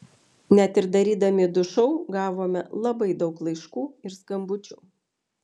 net ir darydami du šou gavome labai daug laiškų ir skambučių